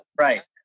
Right